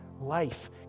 life